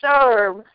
serve